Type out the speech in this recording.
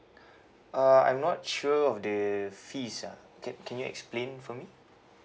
uh I'm not sure of the fees ah can can you explain for me